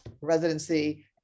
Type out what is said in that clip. residency